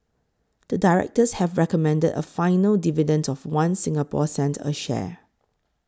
the directors have recommended a final dividend of One Singapore cent a share